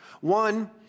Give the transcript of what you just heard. One